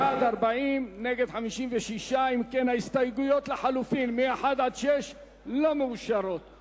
בעד, 52, נגד, 40. הסעיפים אושרו כהצעת הוועדה.